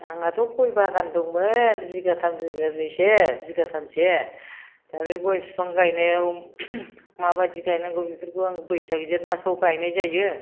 आंनाथ' गय बागान दंमोन बिगाथाम बिगानैसो बिगाथामसो दा बे गय बिफां गायनायाव माबायदि गायनांगौ बेफोरखौ आं बैसाग जेथ मासाव गायनाय जायो